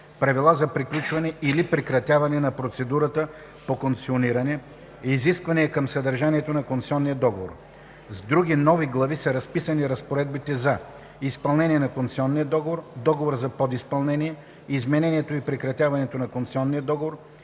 правила за приключване или прекратяване на процедурата по концесиониране; изисквания към съдържанието на концесионния договор. В други нови глави са разписани разпоредбите за изпълнение на концесионния договор; договора за подизпълнение; изменението и прекратяването на концесионния договор;